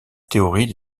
théorie